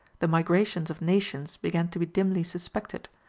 the migrations of nations began to be dimly suspected,